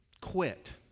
quit